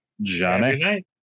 Johnny